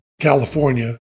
California